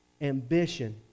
ambition